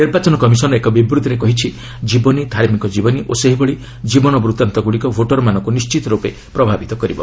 ନିର୍ବାଚନ କମିଶନ୍ ଏକ ବିବୃତ୍ତିରେ କହିଛି ଜୀବନୀ ଧାର୍ମିକ ଜୀବନୀ ଓ ସେହିଭଳି ଜୀବନ ବୃତ୍ତାନ୍ତଗୁଡ଼ିକ ଭୋଟର୍ମାନଙ୍କୁ ନିର୍ଣ୍ଣିତର୍ପେ ପ୍ରଭାବିତ କରିବ